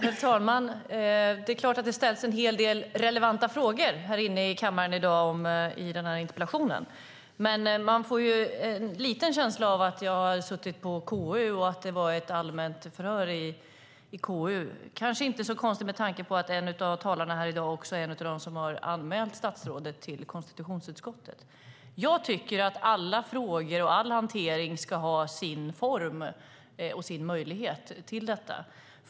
Herr talman! Det är klart att det ställs en hel del relevanta frågor här i kammaren i dag i denna interpellationsdebatt. Men jag får lite grann en känsla av att jag har suttit med i ett förhör i KU. Det kanske inte är så konstigt med tanke på att en av talarna här i dag är en av dem som har anmält statsrådet till konstitutionsutskottet. Jag tycker att alla frågor och all hantering ska ha sin form och att det ska finnas möjlighet till detta.